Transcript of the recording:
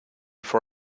for